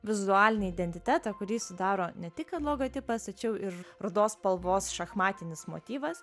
vizualinį identitetą kurį sudaro ne tik kad logotipas tačiau ir rudos spalvos šachmatinis motyvas